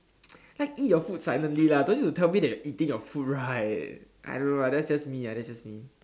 like eat your food silently lah don't need to tell me that you're eating your food right I don't know lah that's just me lah that's just me